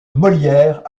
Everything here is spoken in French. molière